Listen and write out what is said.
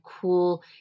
cool